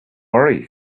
worry